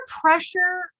pressure